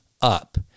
up